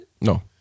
No